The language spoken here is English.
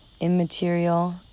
immaterial